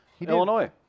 Illinois